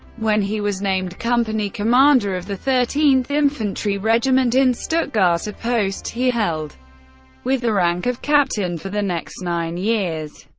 when he was named company commander of the thirteenth infantry regiment in stuttgart, a post he held with the rank of captain for the next nine years.